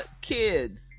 kids